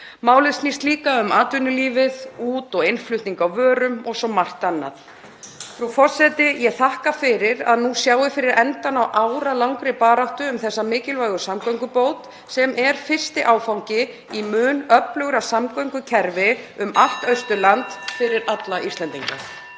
málið snýst líka um atvinnulífið út- og innflutning á vörum og svo margt annað. Frú forseti. Ég þakka fyrir að nú sjái fyrir endann á áralangri baráttu um þessa mikilvægu samgöngubót sem er fyrsti áfangi í mun öflugra samgöngukerfi um allt Austurland fyrir alla Íslendinga.